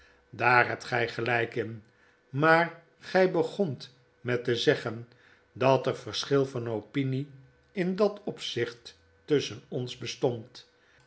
daar hebt gg gelp in maar gg begont met te zeggen dat er verschil van opinie in dat opzicht tusschen ons bestond